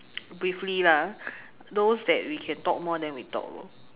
briefly lah those that we can talk more we talk lor